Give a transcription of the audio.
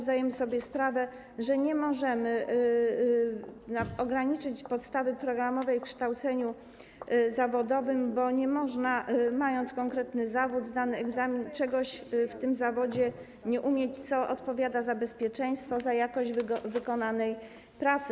Zdajemy sobie sprawę, że nie możemy ograniczyć podstawy programowej w kształceniu zawodowym, bo nie można, mając konkretny zawód, zdany egzamin, czegoś w tym zawodzie nie umieć, co odpowiada za bezpieczeństwo, za jakość wykonanej pracy.